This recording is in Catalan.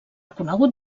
conegut